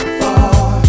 far